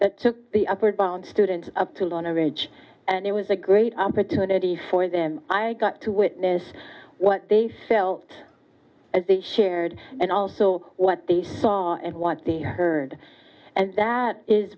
that took the upper bound students to learn a ridge and it was a great opportunity for them i got to witness what they felt as they shared and also what they saw and what they heard and that is